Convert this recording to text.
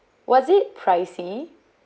was it pricey